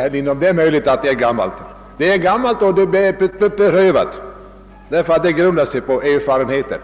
vi hört många gånger. Det är möjligt att betraktelsesättet är gammalt, men det är också beprövat och grundar sig på erfarenheter.